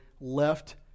left